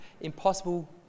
impossible